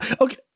Okay